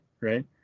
right